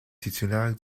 titulaire